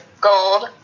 gold